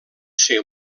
ser